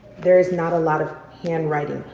there is not a lot of handwriting,